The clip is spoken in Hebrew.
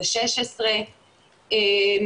ואורית תדבר על איך אנחנו עובדים עם הדברים האלה בשטח ואיך